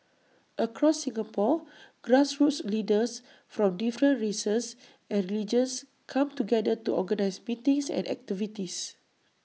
across Singapore grassroots leaders from different races and religions come together to organise meetings and activities